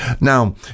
Now